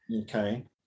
Okay